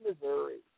Missouri